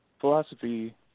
Philosophy